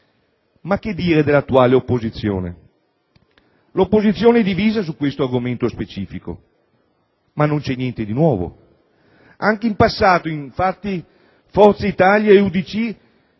Che dire dell'attuale opposizione? L'opposizione è divisa su questo argomento specifico, ma non c'è niente di nuovo. Anche in passato, infatti, Forza Italia e UDC